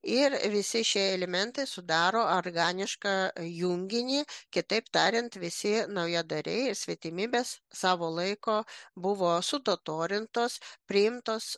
ir visi šia elementai sudaro arganišką junginį kitaip tariant visi naujadariai ir svetimybes savo laiku buvo sutotorintos priimtos